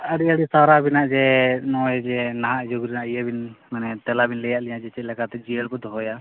ᱟᱹᱰᱤ ᱟᱹᱰᱤ ᱥᱟᱨᱦᱟᱣ ᱟᱵᱮᱱᱟᱜ ᱜᱮ ᱱᱚᱜ ᱚᱭ ᱡᱮ ᱱᱟᱦᱟᱜ ᱡᱩᱜᱽ ᱨᱮᱱᱟᱜ ᱤᱭᱟᱹᱵᱮᱱ ᱢᱟᱱᱮ ᱛᱮᱞᱟᱵᱮᱱ ᱞᱟᱹᱭᱟᱫ ᱞᱤᱧᱟᱹᱡᱮ ᱪᱮᱫ ᱞᱮᱠᱟᱛᱮ ᱡᱤᱭᱟᱹᱲ ᱵᱚ ᱫᱚᱦᱚᱭᱟ